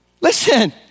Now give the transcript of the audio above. Listen